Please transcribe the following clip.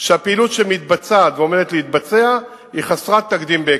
שהפעילות שמתבצעת ועומדת להתבצע בהם היא חסרת תקדים בהיקפה,